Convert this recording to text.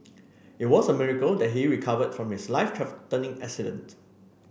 it was a miracle that he recovered from his life threatening accident